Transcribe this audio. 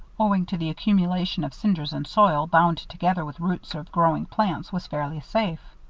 owing to the accumulation of cinders and soil, bound together with roots of growing plants, was fairly safe.